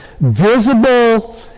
visible